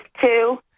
two